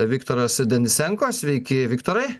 viktoras denisenko sveiki viktorai